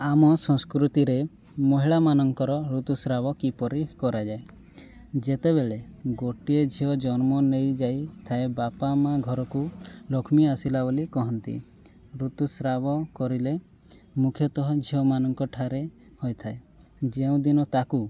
ଆମ ସଂସ୍କୃତିରେ ମହିଳାମାନଙ୍କର ଋତୁସ୍ରାବ କିପରି କରାଯାଏ ଯେତେବେଳେ ଗୋଟିଏ ଝିଅ ଜନ୍ମ ନେଇଯାଇଥାଏ ବାପା ମା' ଘରକୁ ଲକ୍ଷ୍ମୀ ଆସିଲା ବୋଲି କୁହନ୍ତି ଋତୁସ୍ରାବ କରିଲେ ମୁଖ୍ୟତଃ ଝିଅମାନଙ୍କଠାରେ ହୋଇଥାଏ ଯେଉଁଦିନ ତା'କୁ